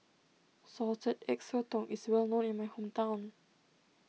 Salted Egg Sotong is well known in my hometown